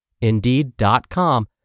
Indeed.com